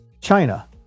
China